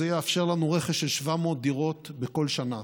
זה יאפשר לנו רכש של 700 דירות בכל שנה.